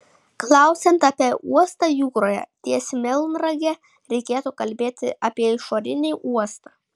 klausiant apie uostą jūroje ties melnrage reikėtų kalbėti apie išorinį uostą